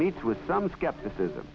meets with some skepticism